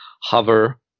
hover